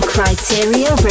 Criteria